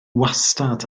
wastad